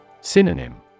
Synonym